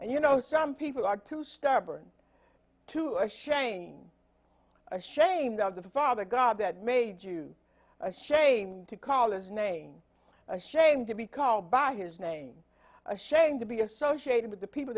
and you know some people are too stubborn to a shane ashamed of the father god that made you ashamed to call us names ashamed to be called by his name ashamed to be associated with the people